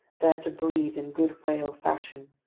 there to breathe in good whale fashion.